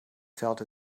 felt